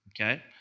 okay